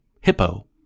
hippo